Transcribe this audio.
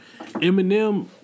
Eminem